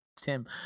Tim